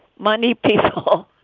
money people.